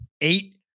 eight